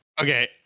Okay